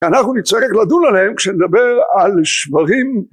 אנחנו נצטרך לדון עליהם כשנדבר על שברים